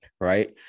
right